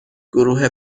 گروه